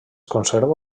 conserva